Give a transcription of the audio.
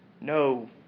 No